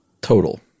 Total